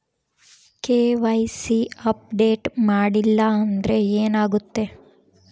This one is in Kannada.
ಕೆ.ವೈ.ಸಿ ಅಪ್ಡೇಟ್ ಮಾಡಿಲ್ಲ ಅಂದ್ರೆ ಏನಾಗುತ್ತೆ?